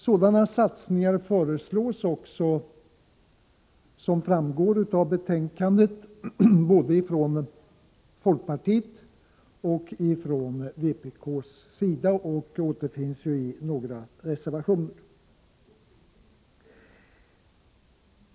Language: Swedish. Sådana satsningar föreslås också, som framgår av betänkandet, från både folkpartiets och vpk:s sida. Dessa förslag återfinns i några av reservationerna.